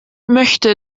möchte